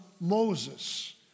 Moses